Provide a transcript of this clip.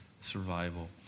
survival